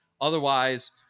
Otherwise